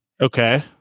Okay